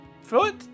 foot